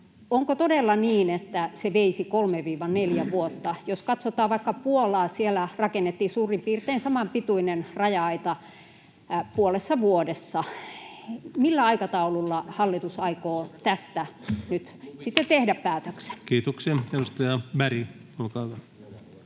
onko todella niin, että se veisi kolme—neljä vuotta? Jos katsotaan vaikka Puolaa, siellä rakennettiin suurin piirtein samanpituinen raja-aita puolessa vuodessa. Millä aikataululla hallitus aikoo tästä nyt sitten tehdä päätöksen? [Speech 53] Speaker: Ensimmäinen